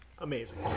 Amazing